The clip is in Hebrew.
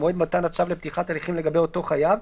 כמועד מתן הצו לפתיחת הליכים לגבי אותו חייב,